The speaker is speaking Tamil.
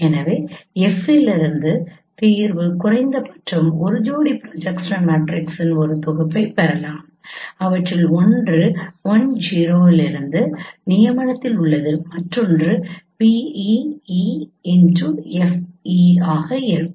எனவே F லிருந்து தீர்வு குறைந்தபட்சம் ஒரு ஜோடி ப்ரொஜெக்ஷன் மேட்ரிக்ஸின் ஒரு தொகுப்பைப் பெறலாம் அவற்றில் ஒன்று I|0 இலிருந்து நியமனத்தில் உள்ளது மற்றொன்று be𝑒′𝑋𝐹|𝑒′ ஆக இருக்கும்